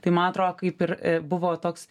tai ma atro kaip ir buvo toks